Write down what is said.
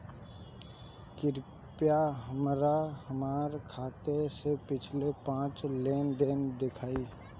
कृपया हमरा हमार खाते से पिछले पांच लेन देन दिखाइ